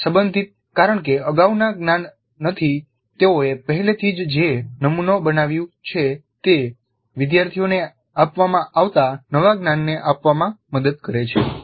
સંબંધિત કારણ કે અગાઉના જ્ઞાન નથી તેઓએ પહેલેથી જ જે નમુનો બનાવ્યું છે તે વિદ્યાર્થીઓને આપવામાં આવતા નવા જ્ઞાનને આપવામાં મદદ કરે છે